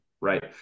right